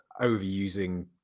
overusing